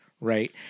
right